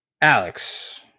Alex